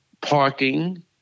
parking